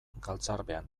galtzarbean